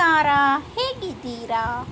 ನಮಸ್ಕಾರ ಹೇಗಿದ್ದೀರ